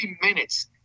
minutes